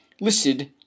listed